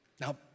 Now